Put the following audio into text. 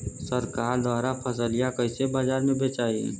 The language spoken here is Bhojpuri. सरकार द्वारा फसलिया कईसे बाजार में बेचाई?